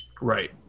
right